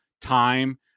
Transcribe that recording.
time